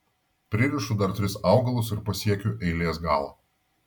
pririšu dar tris augalus ir pasiekiu eilės galą